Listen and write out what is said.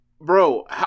bro